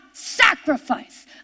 sacrifice